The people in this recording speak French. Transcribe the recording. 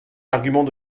l’argument